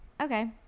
okay